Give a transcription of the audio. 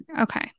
Okay